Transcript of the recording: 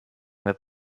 that